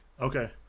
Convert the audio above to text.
Okay